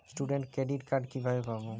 Student credit card কিভাবে পাব?